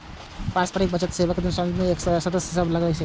पारस्परिक बचत बैंकक स्वामित्व एकर सदस्य सभ लग रहै छै